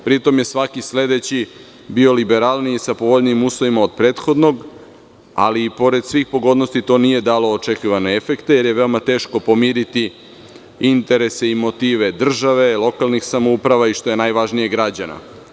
Pri tom, svaki sledeći je bio liberalniji, sa povoljnijim uslovima od prethodnog, ali i pored svih pogodnosti, to nije dalo očekivane efekte, jer je veoma teško pomiriti interese i motive države, lokalnih samouprava i, što je najvažnije, građana.